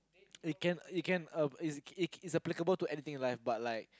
it can it can um it it's applicable to anything in life but like